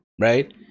right